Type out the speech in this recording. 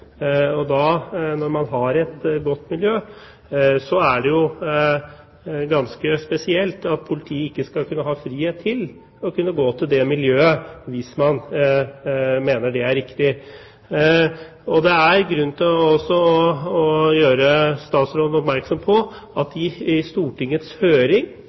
Når man har et godt miljø, er det jo ganske spesielt at politiet ikke skal kunne ha frihet til å kunne gå til det miljøet, hvis man mener det er riktig. Det er også grunn til å gjøre statsråden oppmerksom på at det i Stortingets høring